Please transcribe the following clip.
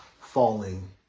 falling